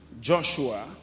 Joshua